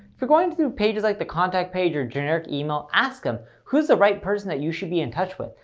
if you're going through pages like the contact page or generic email, ask them. who's the right person that you should be in touch with?